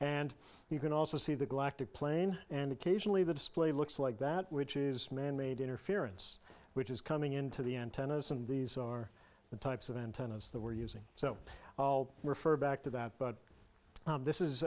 and you can also see the glass the plain and occasionally the display looks like that which is manmade interference which is coming into the antennas and these are the types of antennas that we're using so i'll refer back to that but this is